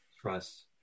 trust